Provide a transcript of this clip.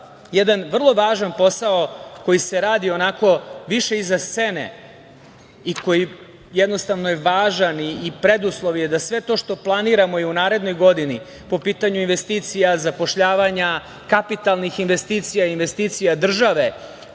jedan vrlo važan posao koji se radi onako više iza scene i koji je jednostavno važan i preduslov je da sve to što planiramo i u narednoj godini, po pitanju investicija, zapošljavanja, kapitalnih investicija, investicija države,